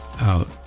out